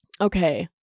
okay